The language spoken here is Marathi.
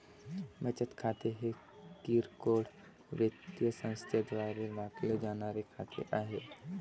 बचत खाते हे किरकोळ वित्तीय संस्थांद्वारे राखले जाणारे खाते आहे